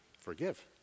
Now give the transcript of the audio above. forgive